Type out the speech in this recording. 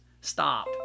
Stop